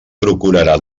procurarà